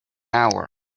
hour